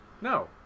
No